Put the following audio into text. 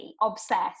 obsessed